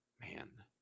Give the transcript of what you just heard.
Man